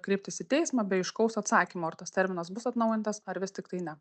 kreiptis į teismą be aiškaus atsakymo ar tas terminas bus atnaujintas ar vis tiktai ne